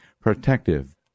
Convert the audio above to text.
protective